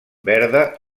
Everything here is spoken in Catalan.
verda